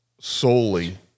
solely